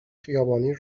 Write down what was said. خیابانی